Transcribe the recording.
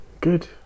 good